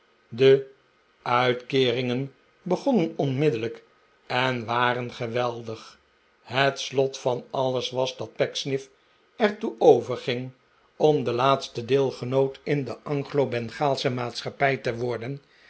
de uitkeeringen begonnen onmiddellijk en waren geweldig het slot van alles was dat pecksniff er toe over ging om de laatste deelgenoot in de anglo bengaalsche maatschappij te worden